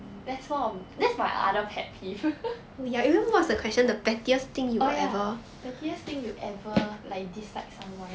that's one of that's my other pet peeve oh ya pettiest thing you ever like dislike someone